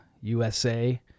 USA